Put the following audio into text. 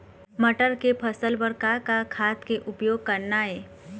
मटर के फसल बर का का खाद के उपयोग करना ये?